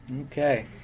Okay